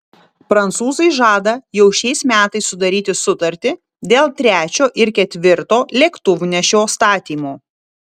prancūzai žada jau šiais metais sudaryti sutartį dėl trečio ir ketvirto lėktuvnešio statymo